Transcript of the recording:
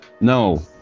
No